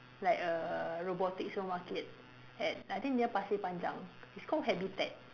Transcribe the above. like err robotics supermarket at I think near Pasir Panjang it's called Habitat